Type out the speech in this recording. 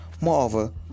Moreover